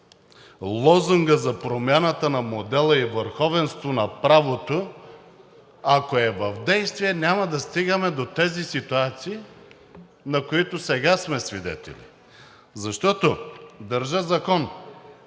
Лозунгът за промяната на модела и върховенство на правото, ако е в действие, няма да стигаме до тези ситуации, на които сега сме свидетели. Защото – държа закон,